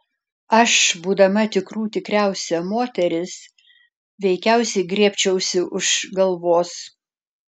aš būdama tikrų tikriausia moteris veikiausiai griebčiausi už galvos